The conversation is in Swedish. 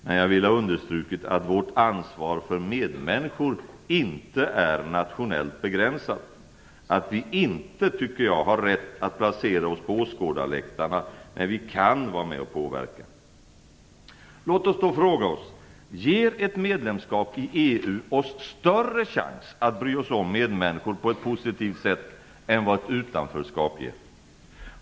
Men jag vill ha understruket att vårt ansvar för medmänniskor inte är nationellt begränsat, att vi inte har rätt att placera oss på åskådarläktarna när vi kan vara med och påverka. Låt oss då fråga oss: Ger ett medlemskap i EU oss större chans att bry oss om medmänniskor på ett positivt sätt än vad ett utanförskap ger?